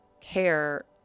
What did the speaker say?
care